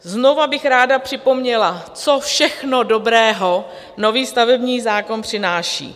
Znova bych ráda připomněla, co všechno dobrého nový stavební zákon přináší.